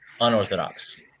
unorthodox